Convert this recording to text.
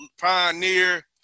pioneer